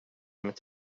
mitt